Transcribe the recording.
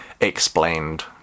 explained